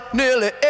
nearly